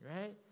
right